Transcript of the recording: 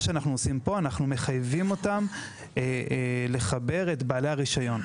פה אנחנו מחייבים אותן לחבר את בעלי הרישיון,